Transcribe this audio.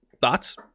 thoughts